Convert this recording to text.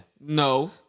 No